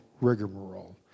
rigmarole